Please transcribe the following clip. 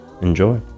Enjoy